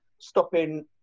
stopping